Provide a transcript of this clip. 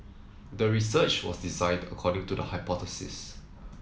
the research was designed according to the hypothesis